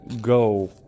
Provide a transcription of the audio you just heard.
go